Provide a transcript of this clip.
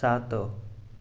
ସାତ